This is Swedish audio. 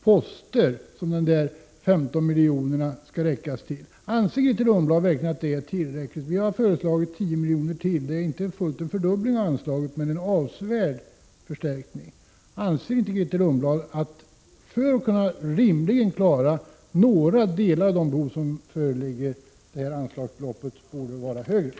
Anser Grethe Lundblad verkligen att detta är tillräckligt? Vi har föreslagit 10 milj.kr. till. Det är inte riktigt en fördubbling av anslaget, men det är en avsevärd förstärkning. Anser inte Grethe Lundblad att detta anslagsbelopp borde vara högre, för att man skall kunna klara några delar av de behov som föreligger?